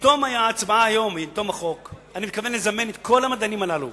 בתום ההצבעה היום אני מתכוון לזמן את כל המדענים הללו